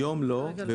היום לא.